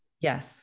Yes